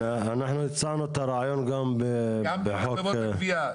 אנחנו הצענו את הרעיון גם בחוק חברות הגבייה.